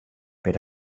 per